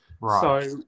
Right